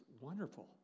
wonderful